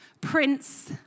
Prince